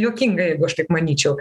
juokinga jeigu aš taip manyčiau